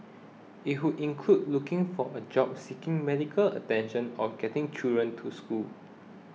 it could include looking for a job seeking medical attention or getting children to school